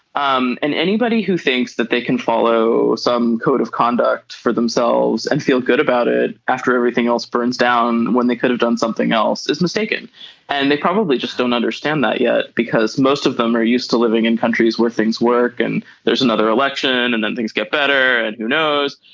um and anybody who thinks that they can follow some code of conduct for themselves and feel good about it after everything else burns down when they could have done something else is mistaken and they probably just don't understand that yet because most of them are used to living in countries where things work and there's another election and then things get better. and who knows.